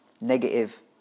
negative